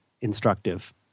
instructive